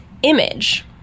image